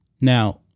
Now